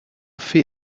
fait